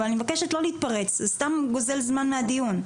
אבל אני מבקשת לא להתפרץ זה סתם גוזל זמן מהדיון.